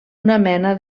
mena